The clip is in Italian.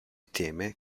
teme